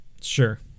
Sure